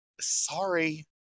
Sorry